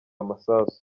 amasasu